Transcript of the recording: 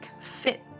fit